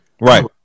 Right